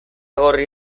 gorri